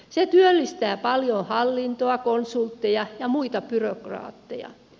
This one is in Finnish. se työllistää paljon hallintoa konsultteja ja muita byrokraatteja